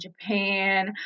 Japan